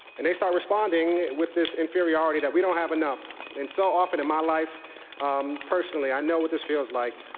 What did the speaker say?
and they start responding with this inferiority, that we don't have enough. and so often in my life personally, i know what this feels like.